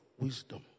wisdom